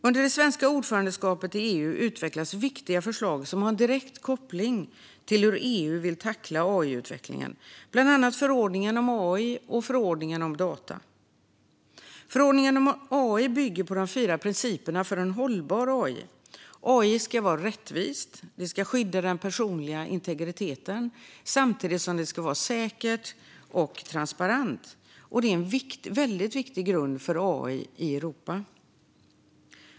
Under det svenska ordförandeskapet i EU har viktiga förslag utvecklats som har en direkt koppling till hur EU vill tackla AI-utvecklingen, bland annat förordningen om AI och förordningen om data. Förordningen om AI bygger på de fyra principerna för en hållbar AI: AI ska vara rättvis och skydda den personliga integriteten samtidigt som den ska vara säker och transparent. Det är en väldigt viktig grund för AI i Europa.